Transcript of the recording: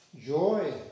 Joy